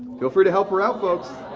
feel free to help her out folks?